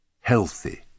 healthy